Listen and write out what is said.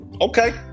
Okay